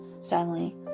Sadly